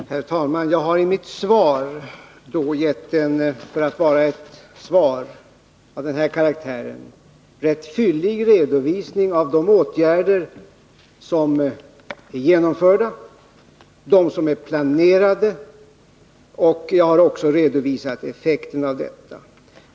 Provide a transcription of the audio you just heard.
Herr talman! Jag har i mitt svar givit en, för att vara i ett svar av denna karaktär, rätt fyllig redovisning av de åtgärder som är genomförda och av dem som är planerade, och jag har också redogjort för effekterna av detta.